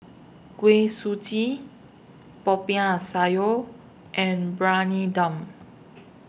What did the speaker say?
Kuih Suji Poiah Sayur and Briyani Dum